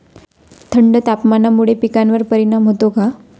थंड तापमानामुळे पिकांवर परिणाम होतो का?